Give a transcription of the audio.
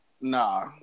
Nah